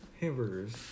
Hamburger's